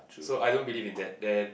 so I don't believe in that then